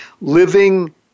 living